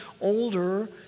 older